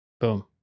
Boom